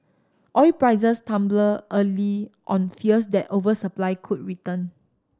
oil prices tumbled early on fears that oversupply could return